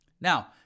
Now